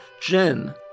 Jen